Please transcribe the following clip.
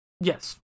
Yes